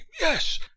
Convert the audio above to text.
yes